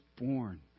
born